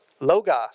Logos